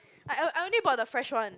I I only bought the fresh one